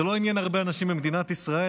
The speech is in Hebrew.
זה לא עניין הרבה אנשים במדינת ישראל.